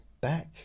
Back